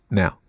now